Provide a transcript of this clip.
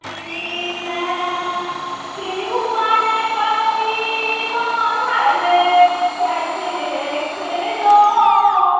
झोरीमे त्रिभुवनपति बान्हल छथि एखनहु